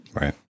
Right